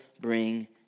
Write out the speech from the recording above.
bring